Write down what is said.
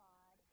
God